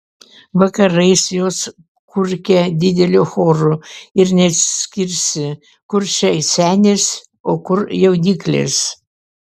vakarais jos kurkia dideliu choru ir neatskirsi kur čia senės o kur jauniklės